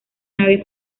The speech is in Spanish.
nave